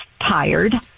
tired